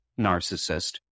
narcissist